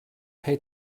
pay